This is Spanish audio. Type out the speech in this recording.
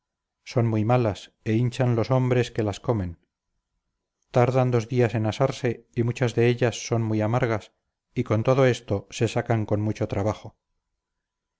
son muy malas e hinchan los hombres que las comen tardan dos días en asarse y muchas de ellas son muy amargas y con todo esto se sacan con mucho trabajo